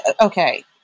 Okay